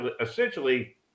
essentially